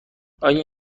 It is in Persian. آیا